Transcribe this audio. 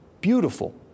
beautiful